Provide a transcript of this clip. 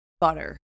butter